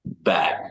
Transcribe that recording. back